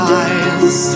eyes